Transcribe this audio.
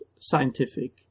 scientific